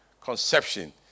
conception